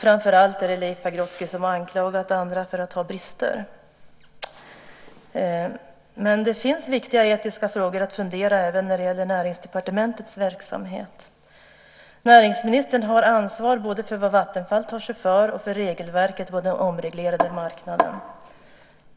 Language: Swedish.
Framför allt är det Leif Pagrotsky som har anklagat andra för att ha brister. Men det finns viktiga etiska frågor att fundera över när det gäller Näringsdepartementets verksamhet. Näringsministern har ansvar för både vad Vattenfall tar sig för och regelverket på den omreglerade marknaden.